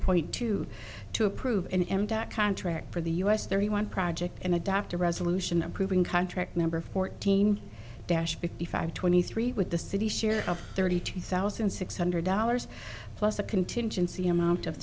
point two to approve an empty contract for the us thirty one project in a dr resolution approving contract number fourteen dash fifty five twenty three with the city's share of thirty two thousand six hundred dollars plus a contingency amount of